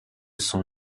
son